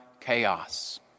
chaos